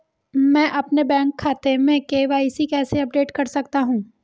मैं अपने बैंक खाते में के.वाई.सी कैसे अपडेट कर सकता हूँ?